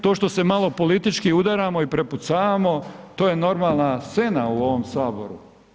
To što se malo politički udaramo i prepucavamo to je normalna scena u ovom Saboru.